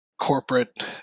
corporate